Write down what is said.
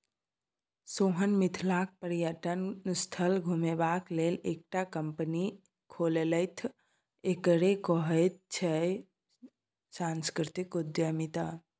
सोहन मिथिलाक पर्यटन स्थल घुमेबाक लेल एकटा कंपनी खोललथि एकरे कहैत अछि सांस्कृतिक उद्यमिता